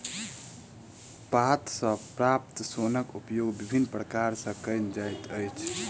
पात सॅ प्राप्त सोनक उपयोग विभिन्न प्रकार सॅ कयल जाइत अछि